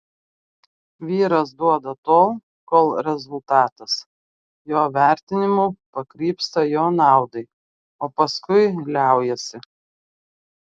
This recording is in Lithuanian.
vyras duoda tol kol rezultatas jo vertinimu pakrypsta jo naudai o paskui liaujasi